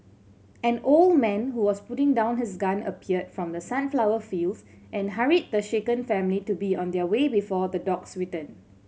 an old man who was putting down his gun appeared from the sunflower fields and hurried the shaken family to be on their way before the dogs return